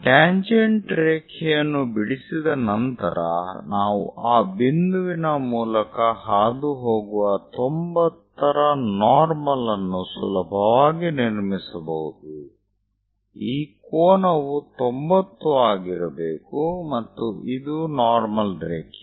tangent ರೇಖೆಯನ್ನು ಬಿಡಿಸಿದ ನಂತರ ನಾವು ಆ ಬಿಂದುವಿನ ಮೂಲಕ ಹಾದುಹೋಗುವ 90 ರ ನಾರ್ಮಲ್ ಅನ್ನು ಸುಲಭವಾಗಿ ನಿರ್ಮಿಸಬಹುದು ಈ ಕೋನವು 90 ಆಗಿರಬೇಕು ಮತ್ತು ಇದು ನಾರ್ಮಲ್ ರೇಖೆ